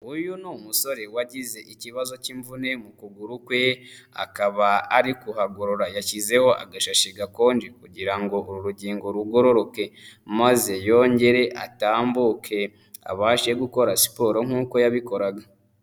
Uyu ni umusore wagize ikibazo cy'imvune mu kuguru kwe, akaba ari kuhagora, yashyizeho agashashi gakonje kugira ngo uru rugingo rugororoke maze yongere atambuke, abashe gukora siporo nk'uko yabikoraga.